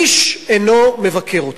איש אינו מבקר אותם.